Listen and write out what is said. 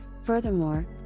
Furthermore